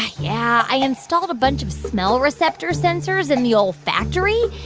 yeah, i installed a bunch of smell receptor sensors in the olfactory,